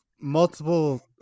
multiple